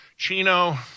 Chino